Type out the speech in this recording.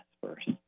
first